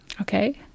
okay